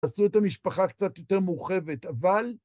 תעשו את המשפחה קצת יותר מורחבת, אבל...